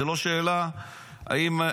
זו לא שאלה אם,